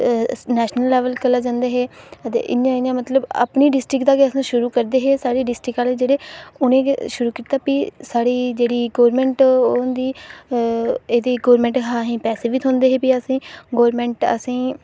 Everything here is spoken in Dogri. नेशनल लेवल गल्ला जंदे हे ते इं'या इं'या मतलब अपनी डिस्ट्रिक्ट दा गै करदे हे दूई डिस्ट्रिक्ट आह्ले उ'नें गै शुरू कीता भी साढ़ी जेह्ड़ी गौरमेंट होंदी ते भी एह्दे शा पैसे बी थ्होंदे हे असेंगी गौरमेंट असेंगी